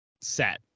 set